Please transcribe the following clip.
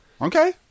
okay